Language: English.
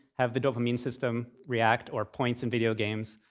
have the dopamine system react, or points in video games.